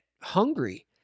hungry